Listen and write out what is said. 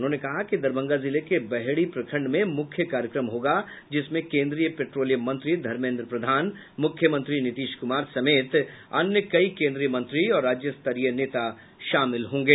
उन्होंने कहा कि दरभंगा जिले के बहेड़ी प्रखण्ड में मुख्य कार्यक्रम होगा जिसमें केंद्रीय पेट्रोलियम मंत्री धर्मेन्द्र प्रधान मुख्यमंत्री नीतीश कुमार समेत अन्य कई केंद्रीय मंत्री और राज्य स्तरीय नेता शामिल होंगे